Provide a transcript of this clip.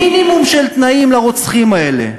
מינימום של תנאים לרוצחים האלה.